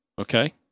Okay